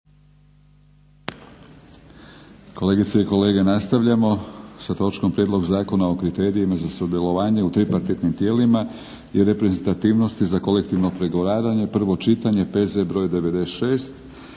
Kolegice i kolege nastavljamo s točkom - Prijedlog Zakona o kriterijima za sudjelovanje u tripartitnim tijelima i reprezentativnostima za kolektivno pregovaranje, prvo čitanje PZ br. 96